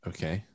Okay